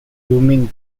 booming